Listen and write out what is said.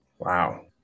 Wow